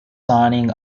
signing